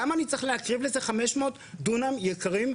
למה אני צריך להקריב לזה חמש מאות דונם יקרים,